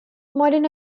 modern